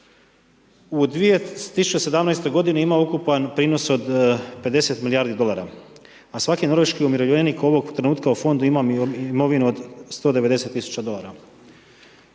U 2017. g. ima ukupan prinos od 50 milijardi dolara. A svaki norveški umirovljenik ovog trenutku u fondu ima imovinu od 190 000 dolara.